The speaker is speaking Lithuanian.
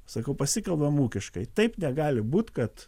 sakau pasikalbam ūkiškai taip negali būt kad